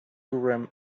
urim